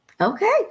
Okay